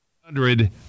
Hundred